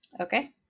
okay